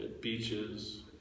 beaches